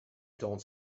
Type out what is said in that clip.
don’t